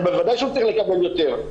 אז בוודאי שהוא צריך לקבל יותר.